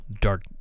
dark